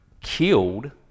killed